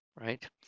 right